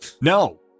No